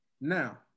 Now